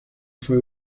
fue